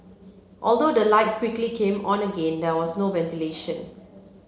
although the lights quickly came on again there was no ventilation